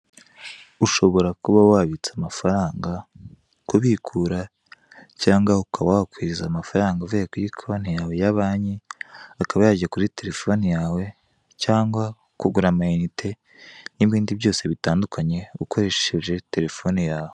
Ushobora kuba wabitsa amafaranga kubikura cyangwa ukaba wakohereza amafaranga avuye kuri konte yawe ya banki akaba yajya kuri terefone yawe cyangwa kugura amayinite n'ibindi byose bitandukanye ukoresheje terefone yawe.